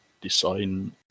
design